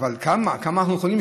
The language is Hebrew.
אבל כמה, כמה אנחנו יכולים?